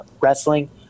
wrestling